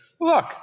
Look